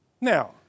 Now